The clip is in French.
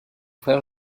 frère